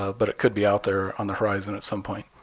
ah but it could be out there on the horizon at some point.